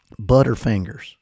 Butterfingers